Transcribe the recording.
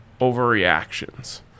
overreactions